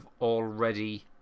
already